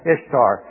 Ishtar